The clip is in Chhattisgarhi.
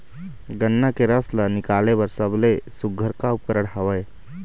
गन्ना के रस ला निकाले बर सबले सुघ्घर का उपकरण हवए?